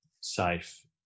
safe